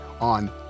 on